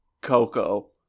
Coco